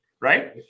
right